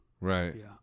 Right